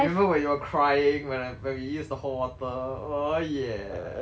remember when you were crying when I when we use the hot water oh ya